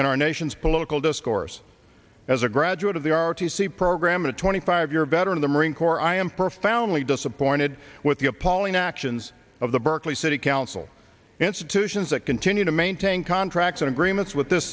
in our nation's political discourse as a graduate of the r t c program a twenty five year veteran of the marine corps i am profoundly disappointed with the appalling actions of the berkeley city council institutions that continue to maintain contracts and agreements with this